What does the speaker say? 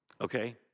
Okay